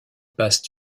passent